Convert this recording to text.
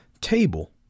table